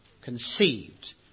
conceived